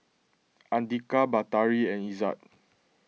andika Batari and Izzat